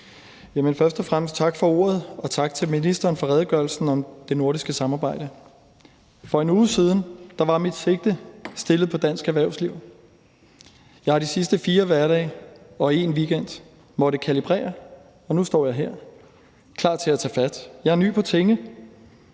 tak for ordet, og tak til ministeren for redegørelsen om det nordiske samarbejde. For en uge siden var mit sigte indstillet på dansk erhvervsliv. Jeg har de sidste 4 hverdage og 1 weekend måttet kalibrere, og nu står jeg her, klar til at tage fat. Jeg er ny på tinge,